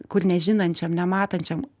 kur nežinančiam nematančiam